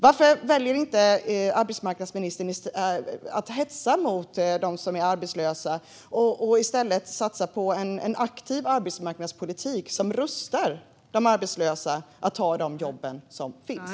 Varför väljer arbetsmarknadsministern inte att sluta hetsa mot dem som är arbetslösa och i stället satsa på en aktiv arbetsmarknadspolitik som rustar de arbetslösa att ta de jobb som finns?